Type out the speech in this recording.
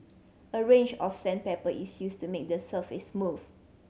a range of sandpaper is used to make the surface smooth